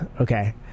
okay